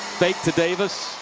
fake to davis.